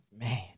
Man